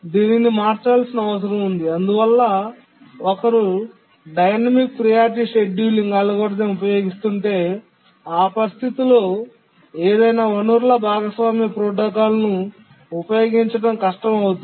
దీనిని మార్చాల్సిన అవసరం ఉంది అందువల్ల ఒకరు డైనమిక్ ప్రియారిటీ షెడ్యూలింగ్ అల్గోరిథం ఉపయోగిస్తుంటే ఆ పరిస్థితిలో ఏదైనా వనరుల భాగస్వామ్య ప్రోటోకాల్ను ఉపయోగించడం కష్టం అవుతుంది